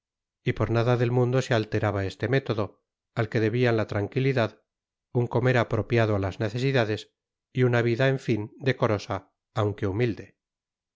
y por nada del mundo se alteraba este método al que debían la tranquilidad un comer apropiado a las necesidades y una vida en fin decorosa aunque humilde